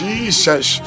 Jesus